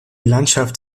landschaft